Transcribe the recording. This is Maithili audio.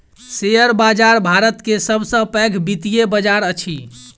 शेयर बाजार भारत के सब सॅ पैघ वित्तीय बजार अछि